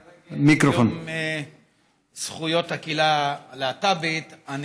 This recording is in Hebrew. לרגל יום זכויות הקהילה הלהט"בית אני